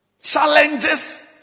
Challenges